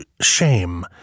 shame